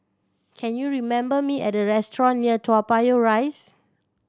can you remember me a restaurant near Toa Payoh Rise